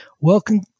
Welcome